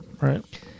Right